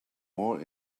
more